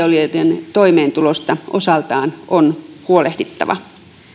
ja taiteilijoiden toimeentulosta osaltaan on huolehdittava